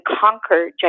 conquer